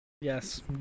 Yes